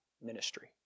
ministry